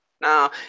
Now